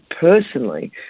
personally